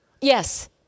Yes